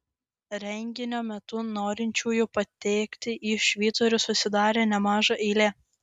renginio metu norinčiųjų patekti į švyturį susidarė nemaža eilė